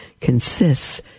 consists